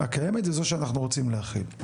הקיימת היא זו שאנחנו רוצים להחיל.